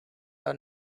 are